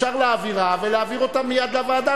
אפשר להעבירה ולהעביר אותה מייד לוועדה